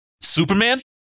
Superman